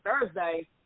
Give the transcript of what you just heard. Thursday